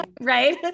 Right